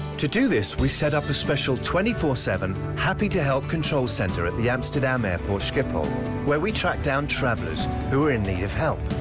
to do this we set up a special twenty four seven happytohelp control center at the amsterdam airport schiphol where we track down travelers who are in need of help.